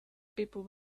people